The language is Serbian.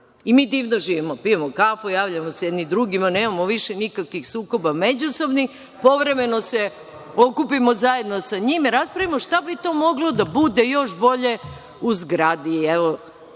Mi divno živimo. Pijemo kafu, javljamo se jedni drugima, nemamo više nikakvih sukoba međusobnih. Povremeno se okupimo zajedno sa njima i raspravimo šta bi to moglo da bude još bolje u zgradi.